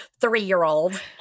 Three-year-old